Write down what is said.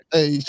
Hey